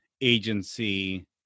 agency